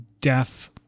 death